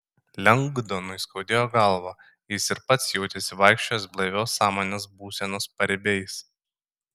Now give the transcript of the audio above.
lengdonui skaudėjo galvą jis ir pats jautėsi vaikščiojąs blaivios sąmonės būsenos paribiais